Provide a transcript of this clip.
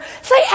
Say